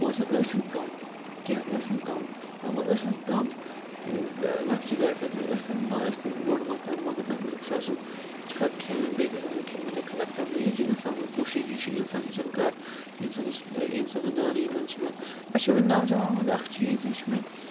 پونٛسہٕ ٲسِن کِم کینٛہہ ٲسِن کَم تَماہ ٲسِن کَم لۄکچہِ گاڑِ تَتھ منٛز ٲسۍتَن ما ٲسۍتَن بوٚڑ مکان مگر تَتھ منٛز گژھِ آسُن چھَت کھٮ۪ن وٮ۪ن بیٚیہِ گژھِ آسُن خدمتِ خلق تَتھ منٛز یی چھِ اِنسان سٕنٛز کوٗشِش یی چھِ اِنسان ہیٚچھان کَر ییٚمہِ ساتہٕ اوس ییٚمہِ ساتہٕ سُہ منٛز چھِ یِوان اَسہِ چھِ وَنۍ نوجوانَن منٛز اَکھ چیٖز یہِ وٕچھ مےٚ